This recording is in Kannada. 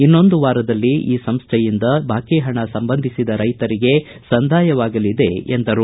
ಇನ್ನೊಂದು ವಾರದಲ್ಲಿ ಈ ಸಂಸ್ಥೆಯಿಂದ ಈ ಬಾಕಿಹಣ ಸಂಬಂಧಿಸಿದ ರೈತರಿಗೆ ಸಂದಾಯವಾಗಲಿದೆ ಎಂದರು